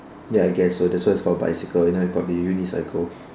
ya I guess so that's why it's called bicycle if not it's called be unicycle